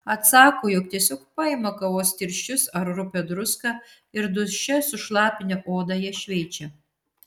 atsako jog tiesiog paima kavos tirščius ar rupią druską ir duše sušlapinę odą ją šveičia